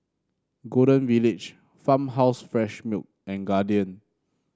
Golden Village Farmhouse Fresh Milk and Guardian